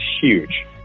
huge